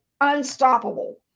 unstoppable